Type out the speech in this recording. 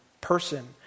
person